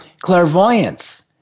clairvoyance